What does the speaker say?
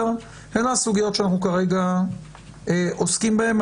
אלה הסוגיות שאנחנו עוסקים בהן כרגע,